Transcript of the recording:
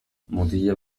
mutilek